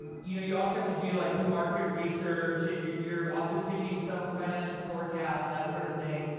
you know you also also have to do like some market research, and you're you're also pitching some financial forecasts, and that sort of thing.